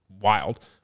wild